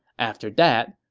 after that,